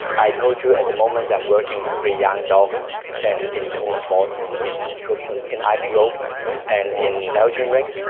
i told you at the moment i'm working with three young dogs and in two sports in in schutzhund in ipo and in belgian ring